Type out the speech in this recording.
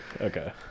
Okay